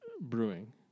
brewing